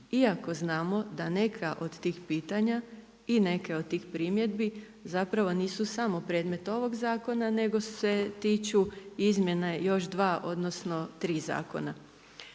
Iako znamo da neka od tih pitanja i neke od tih primjedbi zapravo nisu samo predmet ovog zakona nego se tiču izmjena još dva, odnosno tri zakona.